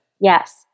Yes